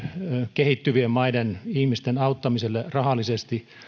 kehittyvien maiden ihmisten auttamiselle rahallisesti